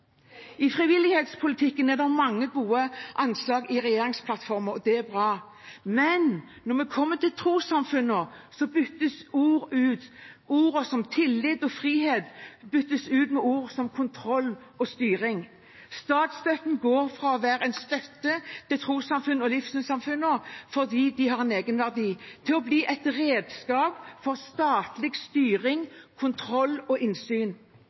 frivillighetspolitikken er det mange gode anslag i regjeringsplattformen – det er bra. Men når vi kommer til trossamfunnene, byttes ord ut. Ord som «tillit» og «frihet» byttes ut med ord som «kontroll» og «styring». Statsstøtten går fra å være en støtte til trossamfunn og livssynssamfunn fordi de har en egenverdi, til å bli et redskap for statlig styring, kontroll og innsyn.